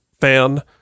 fan